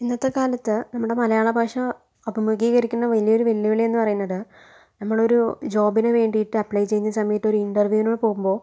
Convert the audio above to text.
ഇന്നത്തെ കാലത്ത് നമ്മുടെ മലയാള ഭാഷ അഭിമുഖീകരിക്കുന്ന വലിയൊരു വെല്ലുവിളി എന്ന് പറയുന്നത് നമ്മളൊരു ജോബിന് വേണ്ടീട്ട് അപ്ലൈ ചെയ്യുന്ന സമയത്ത് ഒരു ഇൻറ്റർവ്യൂന് പോവുമ്പോൾ